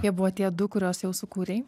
jie buvo tie du kurios jau sukūrei